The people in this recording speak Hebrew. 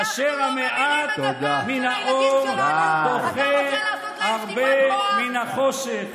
" כאשר המעט מן האור דוחה הרבה מן החושך".